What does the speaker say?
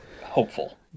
hopeful